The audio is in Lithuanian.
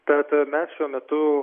tad mes šiuo metu